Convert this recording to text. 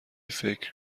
فکر